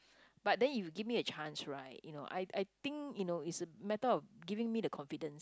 but then if you give me a chance right you know I I think you know its the matter of giving me the confidence